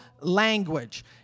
language